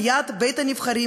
ליד בית-הנבחרים,